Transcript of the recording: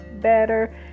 better